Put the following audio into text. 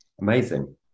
Amazing